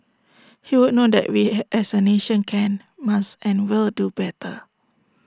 he would know that we had as A nation can must and will do better